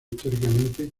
históricamente